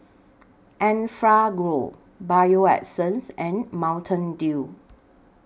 Enfagrow Bio Essence and Mountain Dew